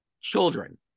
children